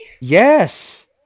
Yes